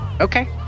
Okay